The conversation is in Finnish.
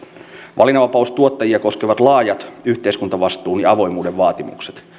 valinnanvapaustuottajia koskevat laajat yhteiskuntavastuun ja avoimuuden vaatimukset